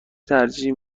ترجیح